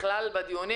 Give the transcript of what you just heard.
בדיונים.